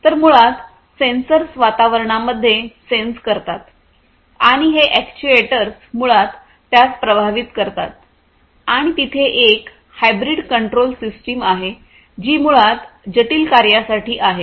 तर मुळात सेन्सर्स वातावरणामध्ये सेन्स करतात आणि हे अॅक्ट्युएटर्स मुळात त्यास प्रभावित करतात आणि तिथे एक हायब्रिड कंट्रोल सिस्टम आहे जी मुळात जटिल कार्यांसाठी आहे